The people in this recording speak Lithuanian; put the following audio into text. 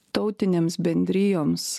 tautinėms bendrijoms